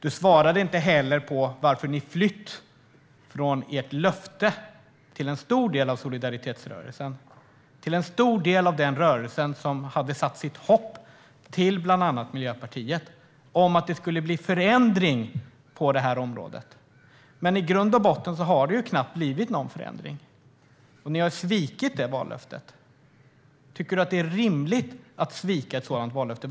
Du svarade inte heller på varför ni flytt från ert löfte till en stor del av solidaritetsrörelsen, till en stor del av den rörelse som hade satt sitt hopp till bland annat Miljöpartiet om att det skulle bli en förändring på det här området. Men i grund och botten har det knappt blivit någon förändring. Ni har svikit ert vallöfte. Tycker du att det är rimligt att svika ett sådant vallöfte?